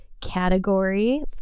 category